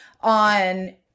on